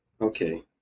Okay